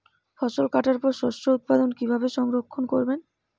ফসল কাটার পর শস্য উৎপাদন কিভাবে সংরক্ষণ করবেন?